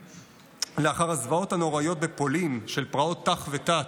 לאחר הזוועות הנוראיות בפולין של פרעות ת"ח ות"ט,